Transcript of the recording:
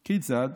כיצד?